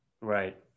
Right